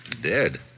Dead